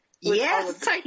yes